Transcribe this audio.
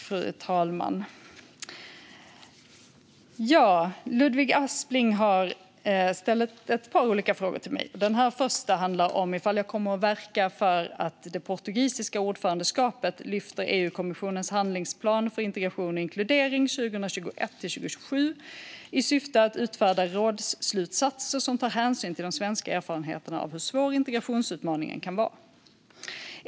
Fru talman! Ludvig Aspling har ställt ett par olika frågor till mig. Den första handlar om ifall jag kommer att verka för att det portugisiska ordförandeskapet ska lyfta EU-kommissionens handlingsplan för integration och inkludering 2021-2027 i syfte att utfärda rådsslutsatser som tar hänsyn till de svenska erfarenheterna av hur svår integrationsutmaningen kan vara.